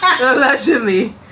allegedly